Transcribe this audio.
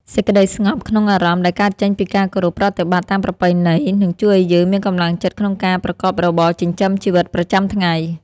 សេចក្តីស្ងប់ក្នុងអារម្មណ៍ដែលកើតចេញពីការគោរពប្រតិបត្តិតាមប្រពៃណីនឹងជួយឱ្យយើងមានកម្លាំងចិត្តក្នុងការប្រកបរបរចិញ្ចឹមជីវិតប្រចាំថ្ងៃ។